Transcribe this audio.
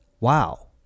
wow